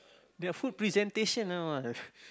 their food presentation now ah